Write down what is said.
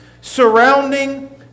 surrounding